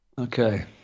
Okay